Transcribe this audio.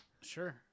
Sure